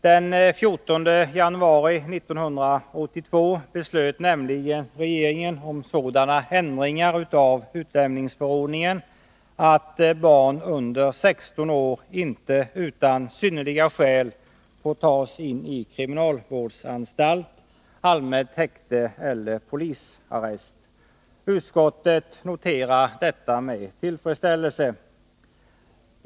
Den 14 januari 1982 beslöt nämligen regeringen om sådana ändringar av utlänningsförordningen att barn under 16 år inte utan synnerliga skäl får tas in i kriminalvårdsanstalt, allmänt häkte eller polisarrest. Utskottet noterar detta med tillfredsställelse.